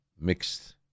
mixed